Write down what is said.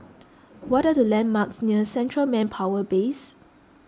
what are the landmarks near Central Manpower Base